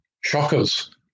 shockers